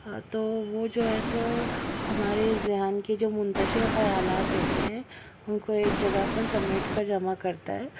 تو وہ جو ہے تو ہمارے ذہن کے جو منتشر خیالات ہوتے ہیں ان کو ایک جگہ پر سمیٹ کر جمع کرتا ہے